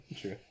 true